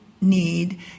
need